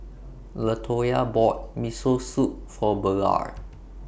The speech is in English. Latoya bought Miso Soup For Ballard